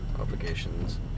obligations